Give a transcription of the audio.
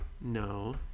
No